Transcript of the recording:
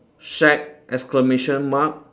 shack exclamation mark